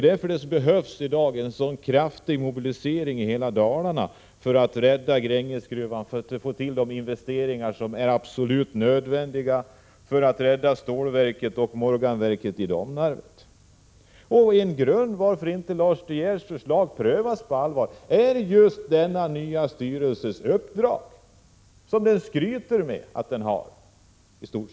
Därför behövs det i dag en kraftig mobilisering i hela Dalarna, om Grängesgruvan skall kunna räddas och om man skall kunna åstadkomma de absolut nödvändiga investeringarna för att rädda stålverket och Morganverket i Domnarvet. Ett skäl till att Lars De Geers förslag inte prövas på allvar är just det uppdrag som denna nya styrelse fått och som den skryter med att den har fått.